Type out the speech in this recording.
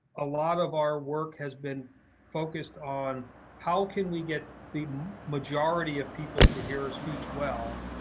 a lot of our work has been focused on how can we get the majority of people to hear speech well,